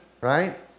right